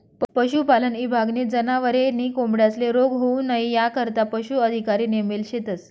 पशुपालन ईभागनी जनावरे नी कोंबड्यांस्ले रोग होऊ नई यानाकरता पशू अधिकारी नेमेल शेतस